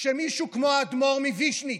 כשמישהו כמו האדמור מוויז'ניץ,